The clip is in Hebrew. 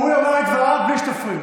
והוא יאמר את דבריו בלי שתפריעו.